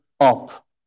up